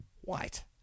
white